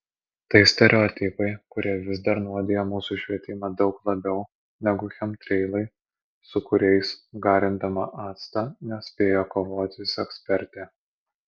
tai stereotipai kurie vis dar nuodija mūsų švietimą daug labiau negu chemtreilai su kuriais garindama actą nespėja kovoti sekspertė